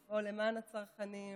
לפעול למען הצרכנים.